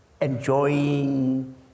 enjoying